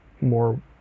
more